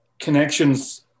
connections